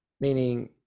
meaning